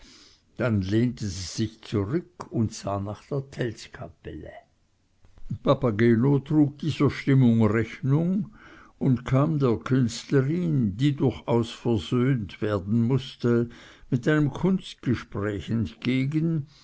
dann lehnte sie sich zurück und sah nach der tellskapelle papageno trug dieser stimmung rechnung und kam der künstlerin die durchaus versöhnt werden mußte mit einem kunstgespräch entgegen